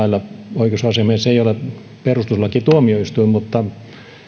tuomioistuimen lailla oikeusasiamies ei ole perustuslakituomioistuin mutta